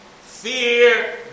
Fear